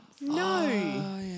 No